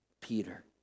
Peter